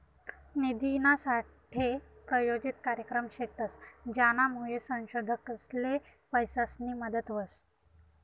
निधीनासाठे प्रायोजित कार्यक्रम शेतस, ज्यानामुये संशोधकसले पैसासनी मदत व्हस